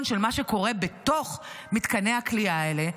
של מה שקורה בתוך מתקני הכליאה האלה.